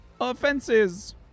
offenses